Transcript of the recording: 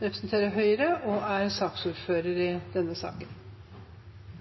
dette var et av hans siste innlegg i